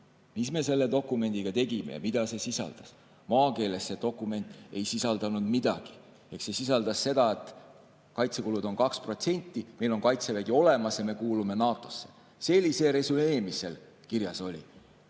Mis me selle dokumendiga tegime ja mida see sisaldas? Maakeeles see dokument ei sisaldanud midagi. Ehk see sisaldas seda, et kaitsekulud on 2%, meil on Kaitsevägi olemas ja me kuulume NATO-sse. Selline resümee seal kirjas oli.Me